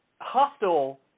hostile